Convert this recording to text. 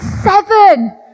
Seven